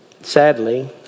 Sadly